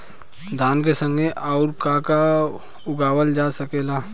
धान के संगे आऊर का का उगावल जा सकेला?